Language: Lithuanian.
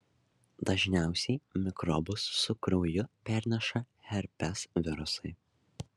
dažniausiai mikrobus su krauju perneša herpes virusai